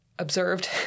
observed